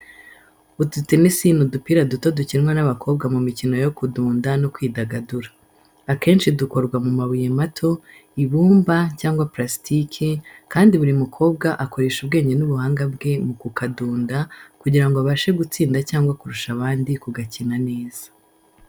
Udutenesi ni udupira duto dukinwa n’abakobwa mu mikino yo kudunda no kwidagadura. Akenshi dukorwa mu mabuye mato, ibumba cyangwa plastiki, kandi buri mukobwa akoresha ubwenge n’ubuhanga bwe mu kukadunda kugira ngo abashe gutsinda cyangwa kurusha abandi kugakina neza.